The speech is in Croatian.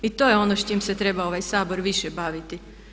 I to je ono s čime se treba ovaj Sabor više baviti.